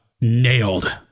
nailed